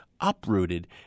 uprooted